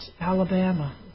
Alabama